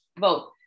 Vote